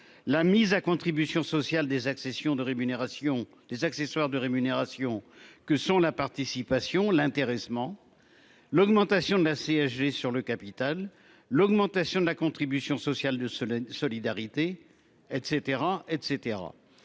de rémunération des accessoires de rémunération que sont la participation l'intéressement. L'augmentation de la CSG sur le capital. L'augmentation de la contribution sociale de soleil solidarité etc